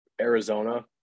Arizona